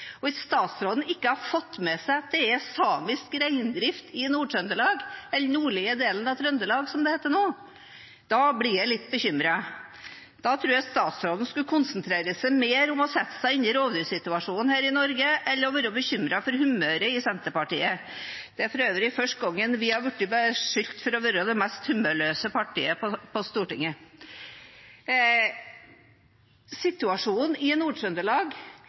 Hvis statsråden ikke har fått med seg at det er samisk reindrift i den nordlige delen av Trøndelag, blir jeg litt bekymret. Da tror jeg statsråden skulle konsentrere seg mer om å sette seg inn i rovdyrsituasjonen her i Norge enn å være bekymret for humøret i Senterpartiet. – Det er for øvrig første gangen vi har blitt beskyldt for å være det mest humørløse partiet på Stortinget. Situasjonen i